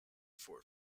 for